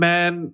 Man